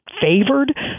favored